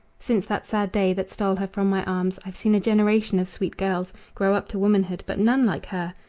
since that sad day that stole her from my arms i've seen a generation of sweet girls grow up to womanhood, but none like her!